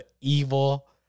evil